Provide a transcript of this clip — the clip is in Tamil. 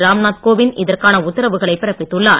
ராம்நாத் கோவிந்த் இதற்கான உத்தரவுகளை பிறப்பித்துள்ளார்